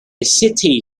city